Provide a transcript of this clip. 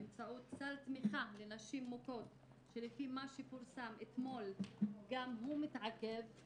באמצעות סל תמיכה לנשים מוכות שלפי מה שפורסם אתמול גם הוא מתעכב,